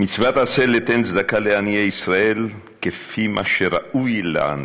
"מצוות עשה ליתן צדקה לעניי ישראל כפי מה שראוי לעני,